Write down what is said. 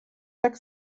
tak